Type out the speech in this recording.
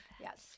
yes